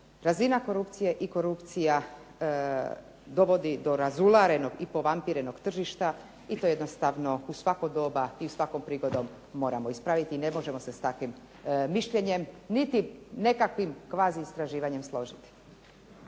Razina korupcije i korupcija dovodi do razularenog i povampirenog tržišta i to jednostavno u svako doba i svakom prigodom moramo ispraviti i ne možemo se s takvim mišljenjem niti nekakvim kvazi istraživanjem složiti.